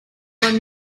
man